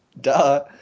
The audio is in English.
Duh